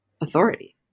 authority